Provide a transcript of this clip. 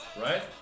Right